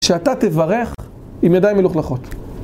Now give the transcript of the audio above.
שאתה תברך עם ידיים מלוכלכות.